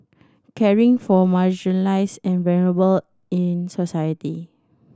caring for marginalised and vulnerable in society